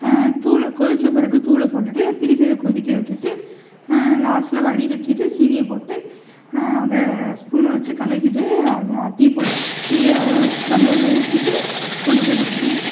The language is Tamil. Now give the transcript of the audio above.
தூளை கொதித்த பிறகு தூளை போட்டுவிட்டு திருப்பி அதை கொதிக்க விட்டுவிட்டு லாஸ்ட்டில் வடிகட்டிவிட்டு சீனியை போட்டு அதை ஸ்பூனை வச்சு கலக்கிவிட்டு அதில் டீ போட்டு டீ டம்ளரில் ஊத்திவிட்டு கொண்டு போய் கொடுப்பேன்